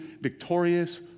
victorious